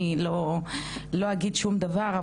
אני לא אגיד שום דבר.